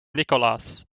nicholas